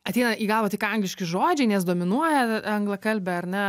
ateina į galvą tik angliški žodžiai nes dominuoja anglakalbė ar ne